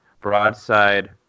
Broadside